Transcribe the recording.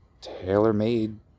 tailor-made